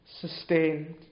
sustained